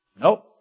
Nope